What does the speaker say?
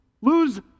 Lose